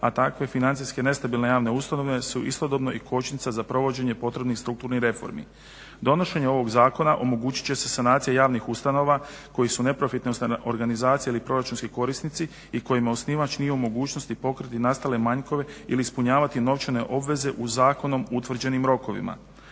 a takve financijske nestabilne javne ustanove su istodobno i kočnica za provođenje potrebnih strukturnih reformi. Donošenje ovog zakona omogućit će se sanacija javnih ustanova koji su neprofitne organizacije ili proračunski korisnici i kojima osnivač nije u mogućnosti pokriti nastale manjkove ili ispunjavati novčane obveze u zakonom utvrđenim rokovima.